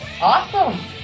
Awesome